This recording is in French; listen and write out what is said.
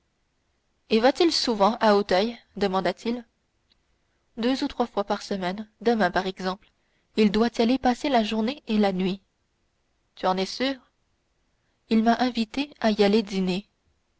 et va-t-il souvent à auteuil demanda-t-il deux ou trois fois par semaine demain par exemple il doit y aller passer la journée et la nuit tu en es sûr il m'a invité à y aller dîner